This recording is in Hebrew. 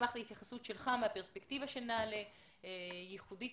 נשמח להתייחסות שלך מהפרספקטיבה של נעל"ה שהיא בהחלט ייחודית